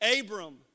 Abram